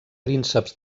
prínceps